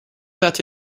that